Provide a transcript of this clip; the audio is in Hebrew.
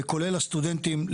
כולל הסטודנטים.